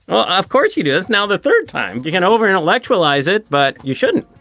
um of course he does. now, the third time you can overintellectualize it, but you shouldn't.